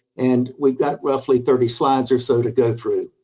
and we've got roughly thirty slides or so to go through.